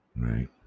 right